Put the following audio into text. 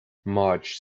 marge